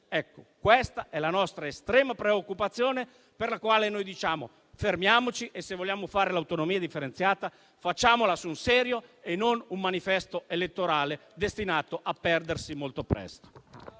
Questa è la nostra estrema preoccupazione per la quale chiediamo di fermarci e, se vogliamo realizzare l'autonomia differenziata, facciamolo sul serio e non come manifesto elettorale destinato a perdersi molto presto.